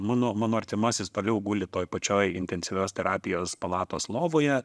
mano mano artimasis labiau guli toj pačioj intensyvios terapijos palatos lovoje